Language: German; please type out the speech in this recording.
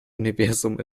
universum